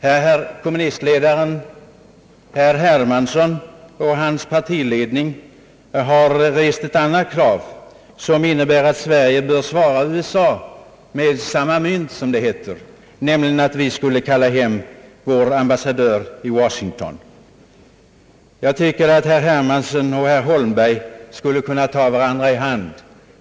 När kommunistledaren Hermansson och hans partiledning har rest ett krav som innebär att Sverige bör svara USA med samma mynt, som det heter — nämligen att vi skulle kalla hem vår ambassadör i Washington — tå tycker jag att herr Hermansson och herr Holmberg kan ta varandra i hand.